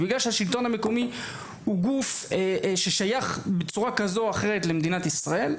ובגלל שהשלטון המקומי הוא גוף ששייך בצורה כזו או אחרת למדינת ישראל,